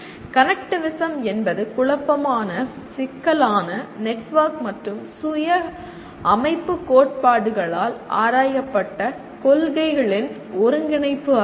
connectivism என்பது குழப்பமான சிக்கலான நெட்வொர்க் மற்றும் மற்றும் சுய அமைப்புக் கோட்பாடுகளால் ஆராயப்பட்ட கொள்கைகளின் ஒருங்கிணைப்பு ஆகும்